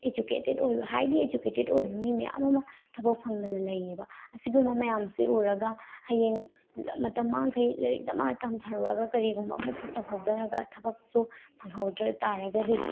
educated ꯑꯣꯏꯕ ꯍꯥꯏꯂꯤ educated ꯑꯣꯏꯕ ꯃꯤ ꯃꯌꯥꯝ ꯑꯃ ꯊꯕꯛ ꯐꯪꯗꯅ ꯂꯩꯑꯕ ꯑꯁꯤꯒꯨꯝꯕ ꯃꯌꯥꯝꯁꯦ ꯎꯔꯒ ꯍꯌꯦꯡ ꯃꯇꯝ ꯃꯥꯡꯈꯩ ꯂꯥꯏꯔꯤꯛ ꯗꯃꯥ ꯇꯝꯊꯔꯨꯔꯒ ꯀꯔꯤꯒꯨꯝꯕ ꯑꯃꯁꯨ ꯇꯍꯧꯗ꯭ꯔꯒ ꯊꯕꯛꯁꯨ ꯐꯪꯍꯧꯗ꯭ꯔꯇꯥꯔꯒꯗꯤ